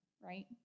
right